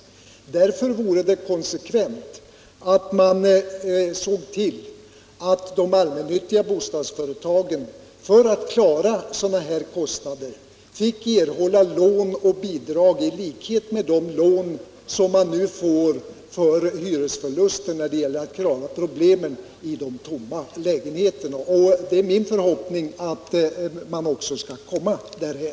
Därför vore det konsekvent att man såg till att de allmännyttiga bostadsföretagen för att klara sådana kostnader fick lån och bidrag i likhet med de lån som de nu får för hyresförluster, när det gäller att klara problemen med de tomma lägenheterna. Det är min förhoppning att vi också skall komma därhän.